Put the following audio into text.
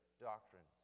doctrines